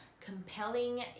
compelling